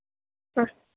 ആ